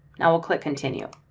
now we'll click continue.